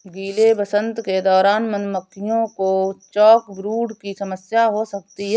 गीले वसंत के दौरान मधुमक्खियों को चॉकब्रूड की समस्या हो सकती है